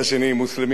מוסלמים,